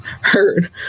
heard